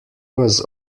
was